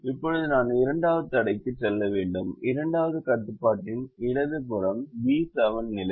இப்போது நான் இரண்டாவது தடைக்கு செல்ல வேண்டும் இரண்டாவது கட்டுப்பாட்டின் இடது புறம் பி 7 நிலை